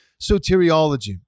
soteriology